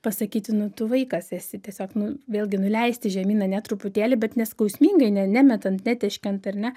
pasakyti nu tu vaikas esi tiesiog nu vėlgi nuleisti žemyn ane truputėlį bet neskausmingai ne nemetant netėškiant ar ne